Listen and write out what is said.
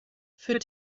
für